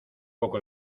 poco